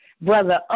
Brother